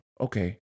okay